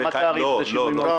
גם התאריך זה שינוי מהותי.